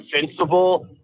Invincible